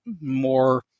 more